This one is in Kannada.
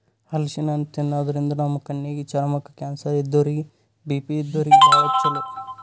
ಹಲಸಿನ್ ಹಣ್ಣ್ ತಿನ್ನಾದ್ರಿನ್ದ ನಮ್ ಕಣ್ಣಿಗ್, ಚರ್ಮಕ್ಕ್, ಕ್ಯಾನ್ಸರ್ ಇದ್ದೋರಿಗ್ ಬಿ.ಪಿ ಇದ್ದೋರಿಗ್ ಭಾಳ್ ಛಲೋ